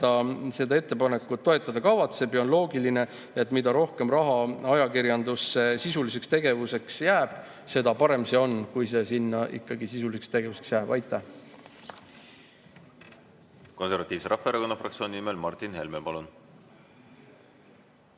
seda ettepanekut toetada. On loogiline, et mida rohkem raha ajakirjandusse sisuliseks tegevuseks jääb, seda parem on. Kui see sinna ikkagi sisuliseks tegevuseks jääb. Aitäh! Konservatiivse Rahvaerakonna fraktsiooni nimel Martin Helme, palun!